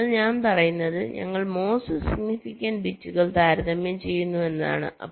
അതിനാൽ ഞാൻ പറയുന്നത് ഞങ്ങൾ മോസ്റ്റ് സിഗ്നിഫിക്കന്റ് ബിറ്റുകൾ താരതമ്യം ചെയ്യുന്നു എന്നതാണ്